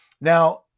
now